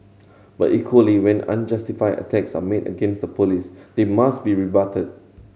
but equally when unjustified attacks are made against the Police they must be rebutted